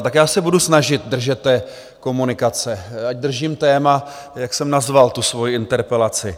Tak já se budu snažit držet té komunikace, ať držím téma, jak jsem nazval svoji interpelaci.